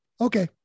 okay